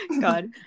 God